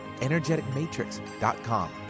energeticmatrix.com